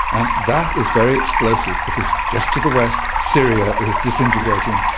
and that is very explosive because just to the west syria is disintegrating,